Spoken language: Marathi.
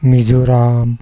मिझोराम